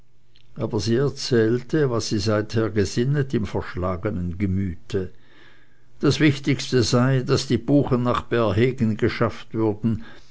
aber sie erzählte was sie seither gesinnet im verschlagenen gemüte das wichtigste sei daß die buchen nach bärhegen geschafft würden